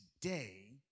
today